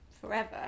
forever